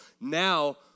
Now